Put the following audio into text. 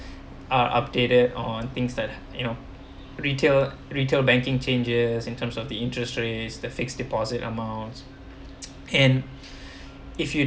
are updated on things that you know retail retail banking changes in terms of the interest rates the fixed deposit amount and if you